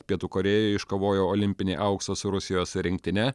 pietų korėjoje iškovojo olimpinį auksą su rusijos rinktine